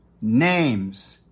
names